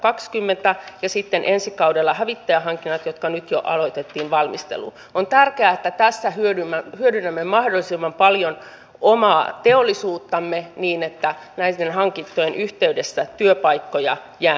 ministeri stubb on pyytänyt virheitään jo anteeksi ja tämä anteeksipyyntö on arvokas asia ja toivon että kaikki kunnioittavat sitä että nyt lähdetään keskustelemaan siitä miten voidaan palauttaa suomalaisten ihmisten luottamus siihen että lainvalmistelu on avointa läpinäkyvää siihen voivat eri ryhmät osallistua ja tietopohjaista päätöksentekoa kunnioitetaan